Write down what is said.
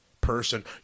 person